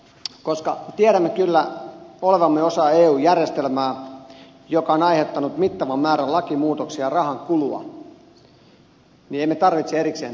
koska tiedämme kyllä olevamme osa eu järjestelmää joka on aiheuttanut mittavan määrän lakimuutoksia ja rahankulua niin emme tarvitse erikseen tällaista huomautusta